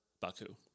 Baku